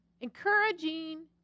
Encouraging